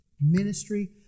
ministry